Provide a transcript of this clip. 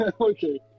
Okay